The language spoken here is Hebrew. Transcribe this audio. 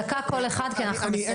דקה כל אחד, כי אנחנו מסיימים.